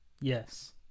yes